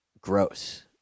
gross